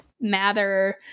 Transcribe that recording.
Mather